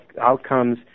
outcomes